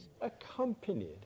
accompanied